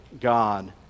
God